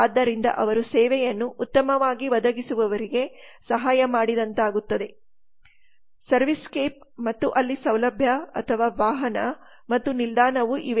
ಆದ್ದರಿಂದ ಅವರು ಸೇವೆಯನ್ನು ಉತ್ತಮವಾಗಿ ಒದಗಿಸುವವರಿಗೆ ಸಹಾಯ ಮಾಡಿತಂದಾಗುತ್ತದೆ ಸರ್ವೀಸ್ಕೇಪ್ ಮತ್ತು ಅಲ್ಲಿ ಸೌಲಭ್ಯ ಅಥವಾ ವಾಹನ ಮತ್ತು ನಿಲ್ದಾಣವು ಇವೆ